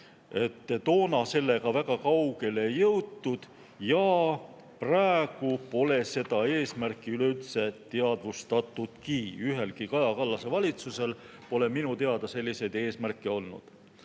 toona sellega väga kaugele ei jõutud ja praegu pole seda eesmärki üleüldse teadvustatudki. Ühelgi Kaja Kallase valitsusel pole minu teada selliseid eesmärke olnud.